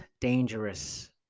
dangerous